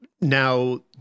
Now